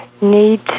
need